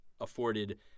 afforded